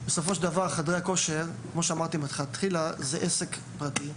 בסופו של דבר, כאמור, חדרי הכושר הם עסק פרטי,